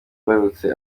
wibarutse